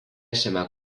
šiame